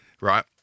right